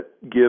give